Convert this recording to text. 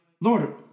Lord